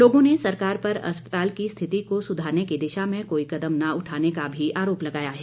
लोगों ने सरकार पर अस्पताल की स्थिति को सुधारने की दिशा में कोई कदम न उठाने का भी आरोप लगाया है